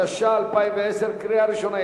התש"ע 2010, קריאה ראשונה.